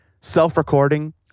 self-recording